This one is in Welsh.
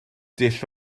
dull